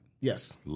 Yes